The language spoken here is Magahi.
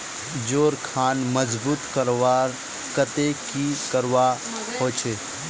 जोड़ खान मजबूत करवार केते की करवा होचए?